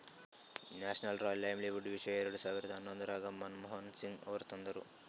national rural livelihood mission ಎರೆಡ ಸಾವಿರದ ಹನ್ನೊಂದರಾಗ ಮನಮೋಹನ್ ಸಿಂಗ್ ಅವರು ತಂದಾರ